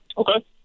Okay